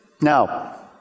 Now